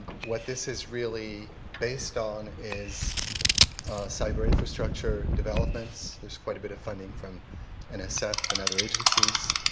what this is really based on is cyber info structure developments, there is quite a bit of funding from and so nsf and other agencies.